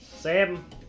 Sam